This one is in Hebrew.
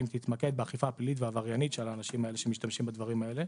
תתמקד באכיפה הפלילית והעבריינית של האנשים האלה שמשתמשים בדברים האלה.